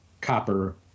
copper